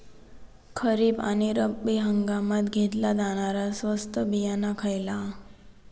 खरीप आणि रब्बी हंगामात घेतला जाणारा स्वस्त बियाणा खयला?